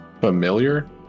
familiar